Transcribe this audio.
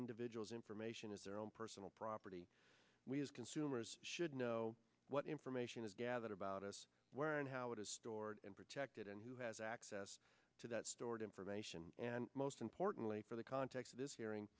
individuals information is their own personal property we as consumers should know what information is gathered about us where and how it is stored and protected and who has access to that stored information and most importantly for the context of this hearing